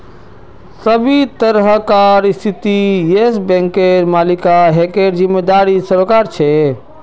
सभी तरहकार स्थितित येस बैंकेर मालिकाना हकेर जिम्मेदारी सरकारेर ह छे